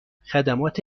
خدمات